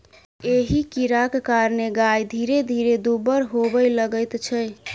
एहि कीड़ाक कारणेँ गाय धीरे धीरे दुब्बर होबय लगैत छै